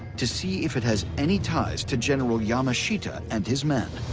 to see if it has any ties to general yamashita and his men.